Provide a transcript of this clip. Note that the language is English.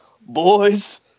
Boys